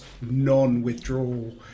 non-withdrawal